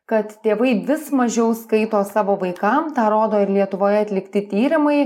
kad tėvai vis mažiau skaito savo vaikam tą rodo ir lietuvoje atlikti tyrimai